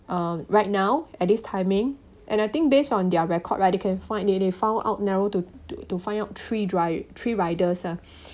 um right now at this timing and I think based on their record right they can find they they found out narrow to to to find out three dri~ three riders uh